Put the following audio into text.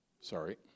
Sorry